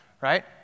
right